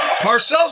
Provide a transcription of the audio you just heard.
Parcells